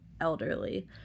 elderly